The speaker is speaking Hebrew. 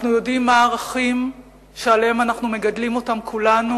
אנחנו יודעים מה הערכים שעליהם אנחנו מגדלים אותם כולנו